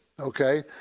okay